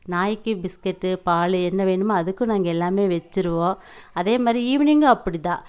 நாயிக்கு biscuit பால் என்ன வேணுமோ அதுக்கும் நாங்கள் எல்லாமே வச்சிருவோம் அதே மாதிரி ஈவினிங்கும் அப்படி தான்